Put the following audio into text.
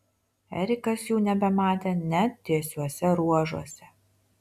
erikas jų nebematė net tiesiuose ruožuose